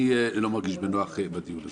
אני לא מרגיש בנוח בדיון הזה.